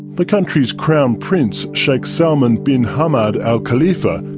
the country's crown prince, sheik salman bin hamad al khalifa,